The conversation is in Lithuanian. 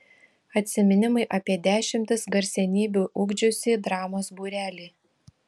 atsiminimai apie dešimtis garsenybių ugdžiusį dramos būrelį